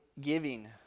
giving